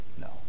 no